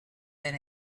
been